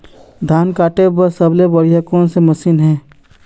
धान काटे बर सबले बढ़िया कोन से मशीन हे?